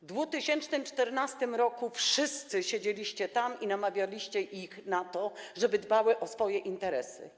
W 2014 r. wszyscy siedzieliście tam i namawialiście ich na to, żeby dbali o swoje interesy.